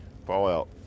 Fallout